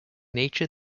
nature